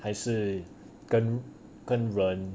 还是跟跟人